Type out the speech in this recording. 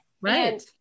Right